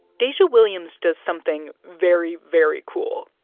dajae williams does something very, very cool.